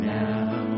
now